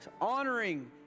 honoring